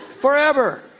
forever